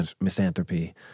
misanthropy